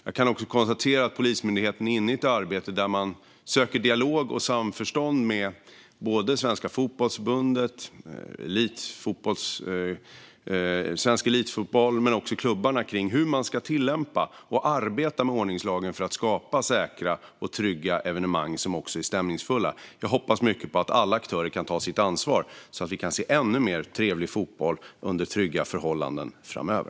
Jag kan konstatera att Polismyndigheten är inne i ett arbete där man söker dialog och samförstånd med Svenska Fotbollförbundet, Svensk Elitfotboll och också klubbarna om hur man ska tillämpa och arbeta med ordningslagen för att skapa säkra och trygga evenemang som också är stämningsfulla. Jag hoppas mycket på att alla aktörer kan ta sitt ansvar så att vi kan se ännu mer trevlig fotboll under trygga förhållanden framöver.